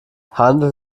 handelt